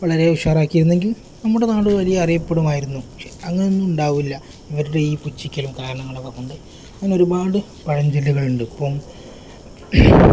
വളരെ ഉഷാറാക്കിയിരുന്നെങ്കിൽ നമ്മുടെ നാട് വലിയ അറിയപ്പെടുമായിരുന്നു പക്ഷെ അങ്ങനെയൊന്നും ഉണ്ടാവില്ല ഇവരുടെ ഈ പുച്ഛിക്കലും കാരണങ്ങളൊക്കെ കൊണ്ട് അങ്ങനെ ഒരുപാട് പഴഞ്ചൊല്ലുകൾ ഉണ്ട് ഇപ്പം